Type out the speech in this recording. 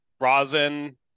rosin